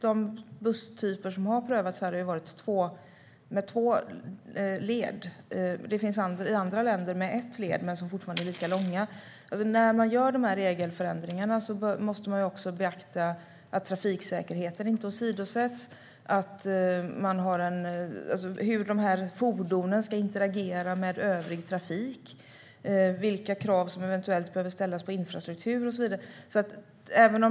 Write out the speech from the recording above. De busstyper som har prövats i Sverige har haft två leder. I andra länder kan de ha en led men fortfarande vara lika långa. När man gör regelförändringarna måste man tillse att trafiksäkerheten inte åsidosätts, beakta hur fordonen ska interagera med övrig trafik, se vilka krav som eventuellt behöver ställas på infrastruktur och så vidare.